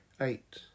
eight